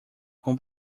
com